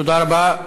תודה רבה.